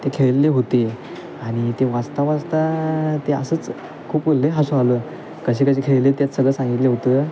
ते खेळले होते आणि ते वाचता वाचता ते असंच खूप लई हसू आलं कसे कसे खेळले त्यात सगळं सांगितले होतं